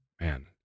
Man